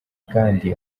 kandi